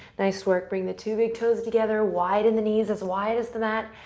nice work. bring the two big toes together. widen the knees as wide as the mat,